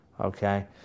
okay